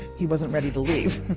he wasn't ready to leave.